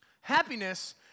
Happiness